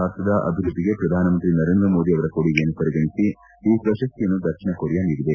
ಭಾರತದ ಅಭಿವೃದ್ದಿಗೆ ಪ್ರಧಾನಮಂತ್ರಿ ನರೇಂದ್ರ ಮೋದಿ ಅವರ ಕೊಡುಗೆಯನ್ನು ಪರಿಗಣೆಸಿ ಈ ಪ್ರಶಸ್ತಿಯನ್ನು ದಕ್ಷಿಣ ಕೊರಿಯಾ ನೀಡಿದೆ